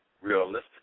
Realistic